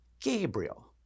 Gabriel